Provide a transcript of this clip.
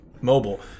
mobile